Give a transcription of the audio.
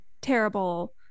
terrible